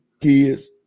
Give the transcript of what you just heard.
kids